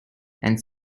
and